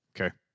Okay